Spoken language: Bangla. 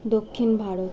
দক্ষিণ ভারত